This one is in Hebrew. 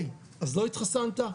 אז לא התחסנת,